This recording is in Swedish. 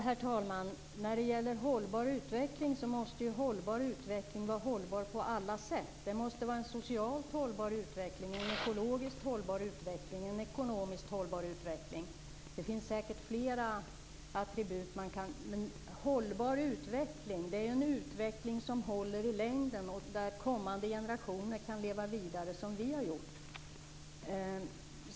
Herr talman! Hållbar utveckling måste vara hållbar på alla sätt. Det måste vara en socialt, ekologiskt och ekonomiskt hållbar utveckling. Det finns säkert fler attribut. Men hållbar utveckling är en utveckling som håller i längden och gör att kommande generationer kan leva vidare som vi har gjort.